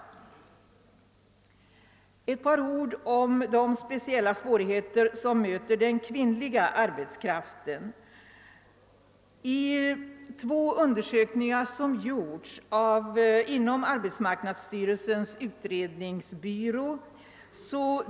Så några ord om de speciella svårigheter som möter den kvinnliga arbetskraften! Två undersökningar på området har gjorts inom arbetsmarknadsstyrelsens utredningsbyrå.